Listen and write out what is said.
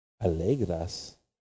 ¿Alegras